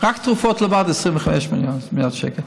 תרופות לבד, 25 מיליארד שקל.